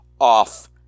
off